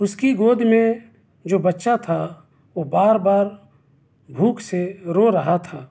اس کی گود میں جو بچہ تھا وہ بار بار بھوک سے رو رہا تھا